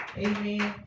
amen